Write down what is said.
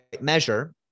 measure